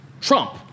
Trump